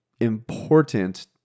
important